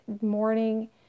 morning